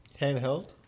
Handheld